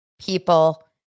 people